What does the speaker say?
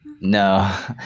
No